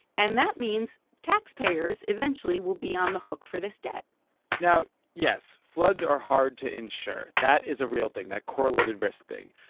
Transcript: and that means taxpayers eventually will be on the hook for this debt now, yes, floods are hard to insure. that is a real thing, that correlated risk thing.